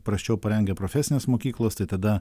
prasčiau parengia profesinės mokyklos tai tada